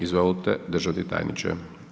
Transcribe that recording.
Izvolite državni tajniče.